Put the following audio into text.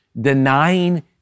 denying